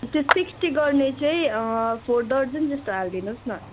त्यो सिक्स्टी गर्ने चाहिँ फोर दर्जन जस्तो हालिदिनुहोस् न